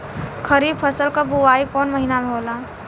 खरीफ फसल क बुवाई कौन महीना में होला?